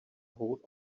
hold